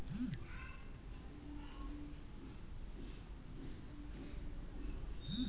ಆದಾಯವನ್ನ ಉತ್ಪಾದಿಸುವುದ್ರ ಜೊತೆಗೆ ಆರ್ಥಿಕ ಸ್ಥಿರತೆಯನ್ನ ಉತ್ತೇಜಿಸಲು ತೆರಿಗೆ ನೀತಿಯನ್ನ ಬಳಸಬಹುದು